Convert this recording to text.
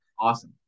Awesome